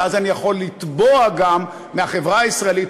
ואז אני יכול גם לתבוע מהחברה הישראלית